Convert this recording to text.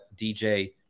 DJ